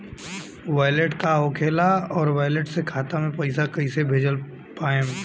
Wallet का होखेला और वैलेट से खाता मे पईसा कइसे भेज पाएम?